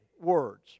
words